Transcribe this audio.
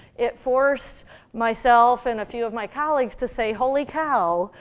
it forced myself and a few of my colleagues to say, holy cow!